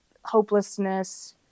hopelessness